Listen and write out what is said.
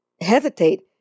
hesitate